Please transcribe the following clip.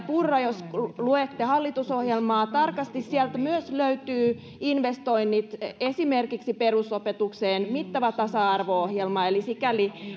purra jos luette hallitusohjelmaa tarkasti sieltä myös löytyvät investoinnit esimerkiksi perusopetukseen mittava tasa arvo ohjelma eli sikäli